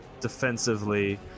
defensively